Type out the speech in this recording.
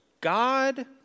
God